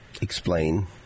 explain